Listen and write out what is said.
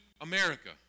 America